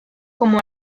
como